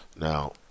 Now